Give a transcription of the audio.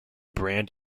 brand